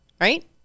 Right